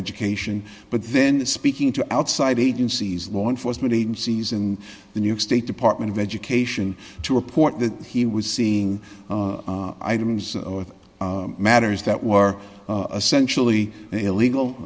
education but then speaking to outside agencies law enforcement agencies in the new york state department of education to report that he was seeing items or matters that were essentially illegal